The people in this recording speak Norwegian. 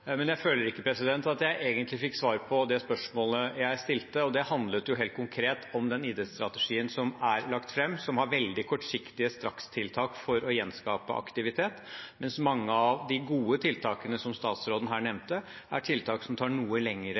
Jeg føler ikke at jeg egentlig fikk svar på det spørsmålet jeg stilte. Det handlet helt konkret om den idrettsstrategien som er lagt fram, som har veldig kortsiktige strakstiltak for å gjenskape aktivitet, mens mange av de gode tiltakene som statsråden her nevnte, er tiltak som tar noe lengre